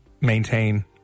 maintain